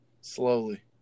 Slowly